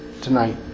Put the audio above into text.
tonight